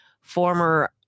Former